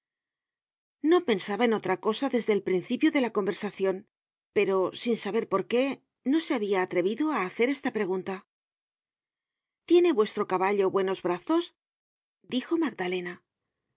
no pensaba en otra cosa desde el principio de la conversacion pero sin saber por qué no se habia atrevido á hacer esta pregunta tiene vuestro caballo buenos brazos dijo magdalena